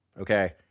okay